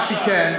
מה שכן,